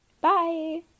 Bye